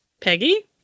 Peggy